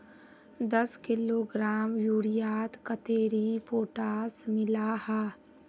दस किलोग्राम यूरियात कतेरी पोटास मिला हाँ?